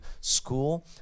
school